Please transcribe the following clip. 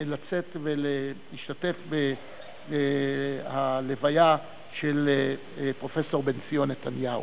לצאת ולהשתתף בהלוויה של פרופסור בנציון נתניהו,